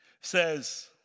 says